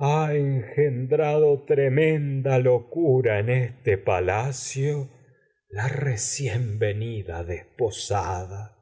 ha engendrado tremenda en este palacio la recién venida desposada